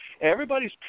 everybody's